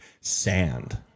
sand